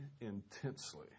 intensely